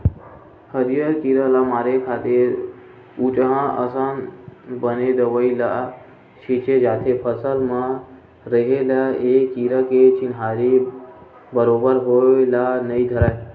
हरियर कीरा ल मारे खातिर उचहाँ असन बने दवई ल छींचे जाथे फसल म रहें ले ए कीरा के चिन्हारी बरोबर होय ल नइ धरय